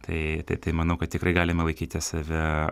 tai tai tai manau kad tikrai galima laikyti save